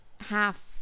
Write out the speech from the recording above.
half